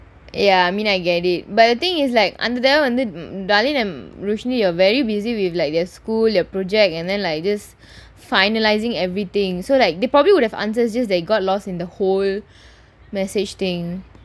ya I mean I get it but the thing is like under darlene and roshni were very busy with like their school their project and then like just finalising everything so like they probably would have answers just they got lost in the whole message thing